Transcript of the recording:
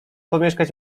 pomieszkać